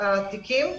התיקים,